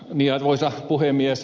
arvoisa puhemies